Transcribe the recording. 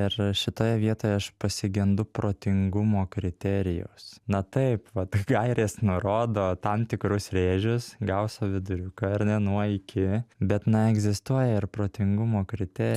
ir šitoje vietoje aš pasigendu protingumo kriterijaus na taip vat gairės nurodo tam tikrus rėžius gauso viduriuką ar ne nuo iki bet na egzistuoja ir protingumo krite